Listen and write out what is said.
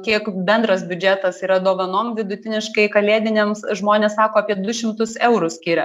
kiek bendras biudžetas yra dovanom vidutiniškai kalėdinėms žmonės sako apie du šimtus eurų skiria